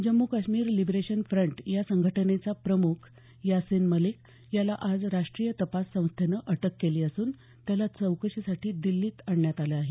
Jammu Kashmir liberation front या संघटनेचा प्रमुख यासिन मलिक याला आज राष्ट्रीय तपास संस्थेनं अटक केली असून त्याला चौकशीसाठी दिल्लीत आणण्यात आलं आहे